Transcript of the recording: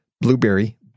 Blueberry